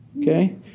Okay